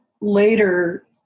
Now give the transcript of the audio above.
later